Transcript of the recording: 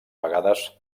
vegades